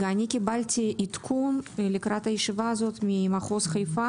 אני קיבלתי עדכון לקראת הישיבה הזאת ממחוז חיפה